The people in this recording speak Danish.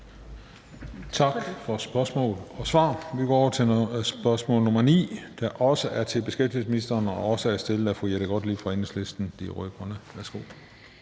Tak for spørgsmål og svar. Vi går over til spørgsmål nr. 9, der også er til beskæftigelsesministeren, og som også er stillet af fru Jette Gottlieb, Enhedslisten,